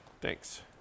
Thanks